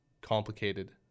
complicated